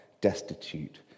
destitute